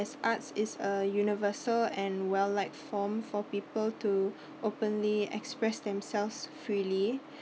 as arts is a universal and well like form for people to openly express themselves freely